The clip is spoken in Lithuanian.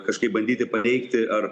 kažkaip bandyti paveikti ar